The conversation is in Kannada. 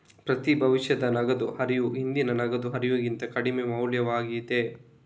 ಪ್ರತಿ ಭವಿಷ್ಯದ ನಗದು ಹರಿವು ಹಿಂದಿನ ನಗದು ಹರಿವಿಗಿಂತ ಕಡಿಮೆ ಮೌಲ್ಯಯುತವಾಗಿದೆ